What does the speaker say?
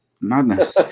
Madness